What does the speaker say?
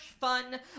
fun